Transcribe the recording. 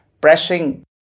pressing